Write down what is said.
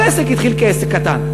כל עסק התחיל כעסק קטן.